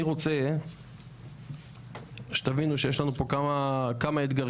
אני רוצה שתבינו שיש לנו פה כמה אתגרים.